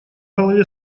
голове